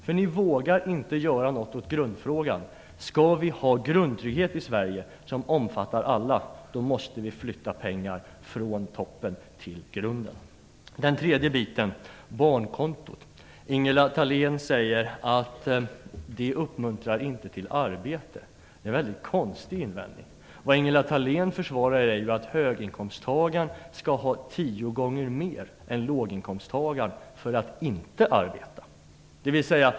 För ni vågar inte göra något åt grundfrågan: Skall vi ha grundtrygghet i Sverige som omfattar alla, måste vi flytta pengar från toppen till botten. För det tredje vill jag ta upp barnkontot. Ingela Thalén säger att det inte uppmuntrar till arbete. Det är en konstig invändning. Vad Ingela Thalén försvarar är ju att höginkomsttagaren skall ha tio gånger mer än låginkomsttagaren för att inte arbeta.